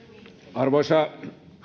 arvoisa